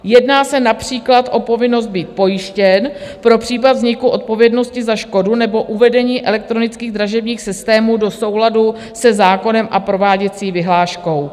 Jedná se například o povinnost být pojištěn pro případ vzniku odpovědnosti za škodu nebo uvedení elektronických dražebních systémů do souladu se zákonem a prováděcí vyhláškou.